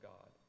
God